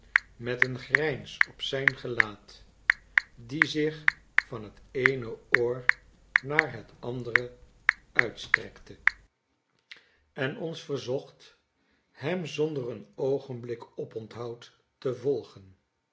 met een grijns op zijn gelaat die zich van het eene oor naar het andeie uitstrekte en ons verzocht hem zonder een oogenblik oponthoud te volgen